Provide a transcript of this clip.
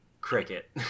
cricket